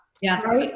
Yes